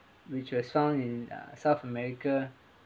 which was found in uh south america